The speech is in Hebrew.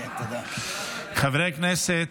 חברי הכנסת,